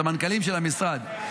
סמנכ"לים של המשרד.